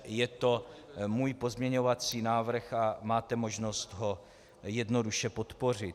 Je to můj pozměňovací návrh a máte možnost ho jednoduše podpořit.